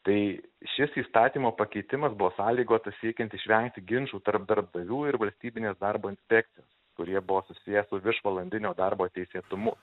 tai šis įstatymo pakeitimas buvo sąlygotas siekiant išvengti ginčų tarp darbdavių ir valstybinės darbo inspekcijos kurie buvo susiję su viršvalandinio darbo teisėtumu